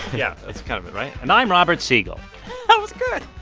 yeah. that's kind of it, right? and i'm robert siegel good.